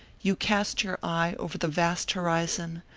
you cast your eye over the vast horizon,